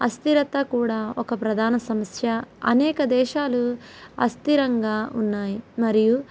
అస్థీరత కూడా ఒక ప్రధాన సమస్య అనేక దేశాలు అస్థిరంగా ఉన్నాయి మరియు